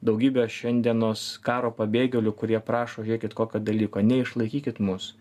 daugybė šiandienos karo pabėgėlių kurie prašo žiūrėkit kokio dalyko neišlaikykit mus